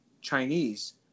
Chinese